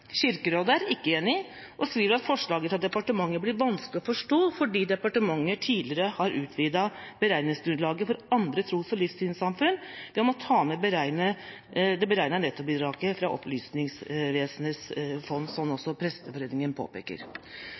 Kirkerådet er ikke enig og skriver at forslaget fra departementet blir vanskelig å forstå fordi departementet tidligere har «utvidet beregningsgrunnlaget for andre tros- og livssynssamfunn ved å ta med et beregnet nettobidrag fra Opplysningsvesenets fond», som også Presteforeningen påpeker.